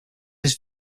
his